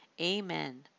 Amen